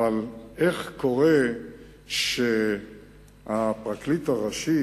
אבל איך קורה שהפרקליט הראשי